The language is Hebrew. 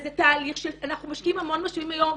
אז זה תהליך שאנחנו משקיעים המון משאבים היום.